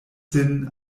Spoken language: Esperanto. sin